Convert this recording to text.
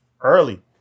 early